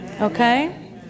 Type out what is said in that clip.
Okay